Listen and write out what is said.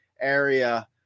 area